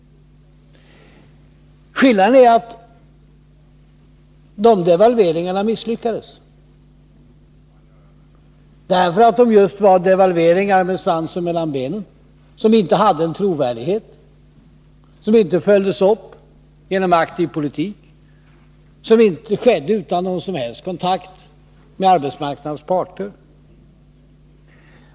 Skillnaden är att de devalveringarna misslyckades, därför att det just var devalveringar med svansen mellan benen, som inte hade en trovärdighet, som inte följdes upp genom en aktiv politik och som skedde utan någon som helst kontakt med arbetsmarknadens parter.